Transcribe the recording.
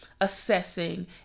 assessing